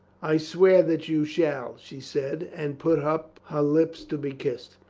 i swear that you shall, she said and put up her lips to be kissed.